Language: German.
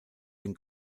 den